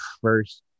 first